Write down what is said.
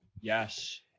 Yes